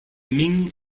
ming